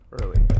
early